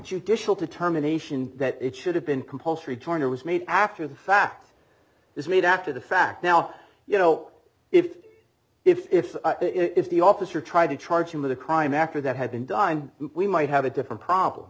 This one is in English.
judicial determination that it should have been compulsory turner was made after the fact is made after the fact now you know if if if the officer tried to charge him with a crime after that had been dined we might have a different problem